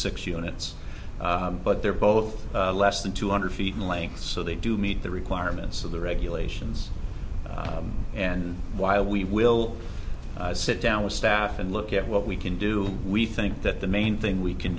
six units but they're both less than two hundred feet in length so they do meet the requirements of the regulations and while we will sit down with staff and look at what we can do we think that the main thing we can